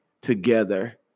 together